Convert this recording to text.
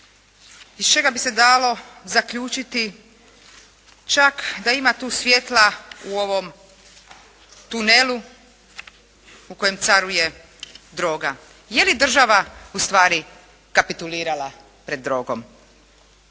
iz čega bi se dalo zaključiti čak da ima tu svjetla u ovom tunelu u kojem caruje droga. Je li država ustvari kapitulirala pred drogom?